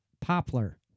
Poplar